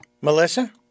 melissa